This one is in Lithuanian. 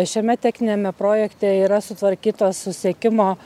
šiame techniniame projekte yra sutvarkytos susisiekimo